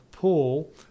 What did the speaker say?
Paul